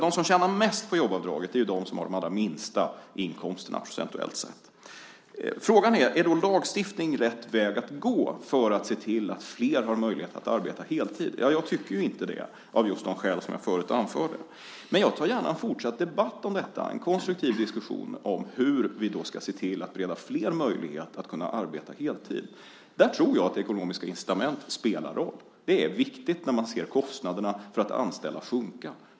De som tjänar mest på jobbavdraget är de som har de lägsta inkomsterna, procentuellt sett. Frågan är om lagstiftning är rätt väg att gå för att se till att flera har möjlighet att arbeta heltid. Jag tycker ju inte det av de skäl som jag förut anförde. Jag tar gärna en fortsatt debatt om detta och en konstruktiv diskussion om hur vi ska bereda flera möjlighet att arbeta heltid. Jag tror att ekonomiska incitament spelar roll. Det är viktigt att man ser att kostnaderna för att anställa sjunker.